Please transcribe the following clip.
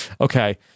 Okay